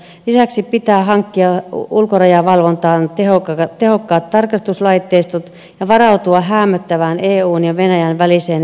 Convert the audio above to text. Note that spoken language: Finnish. lisäksi pitää hankkia ulkorajavalvontaan tehokkaat tarkastuslaitteistot ja varautua häämöttävään eun ja venäjän väliseen viisumivapauteen